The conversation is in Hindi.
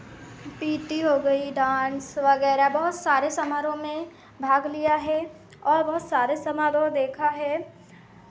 पी टी हो गई डांस वगैरह बहुत सारे समारोह में भाग लिया है और बहुत सारे समारोह देखा है